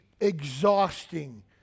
exhausting